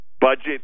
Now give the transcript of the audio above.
budget